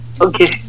Okay